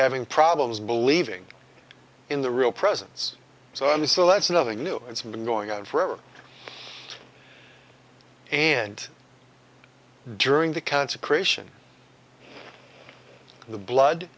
having problems believing in the real presence so i'm so that's nothing new it's been going on forever and during the consecration the blood